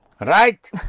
Right